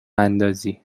اندازی